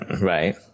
right